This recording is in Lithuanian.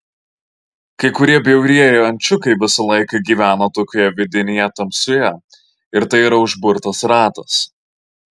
kai kurie bjaurieji ančiukai visą laiką gyvena tokioje vidinėje tamsoje ir tai yra užburtas ratas